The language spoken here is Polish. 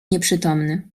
nieprzytomny